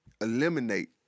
eliminate